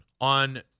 on